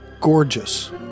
gorgeous